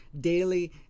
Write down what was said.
daily